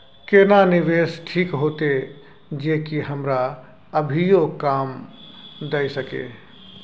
केना निवेश ठीक होते जे की हमरा कभियो काम दय सके?